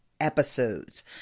episodes